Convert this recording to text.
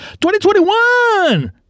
2021